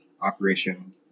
operation